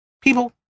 people